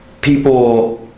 people